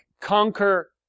conquer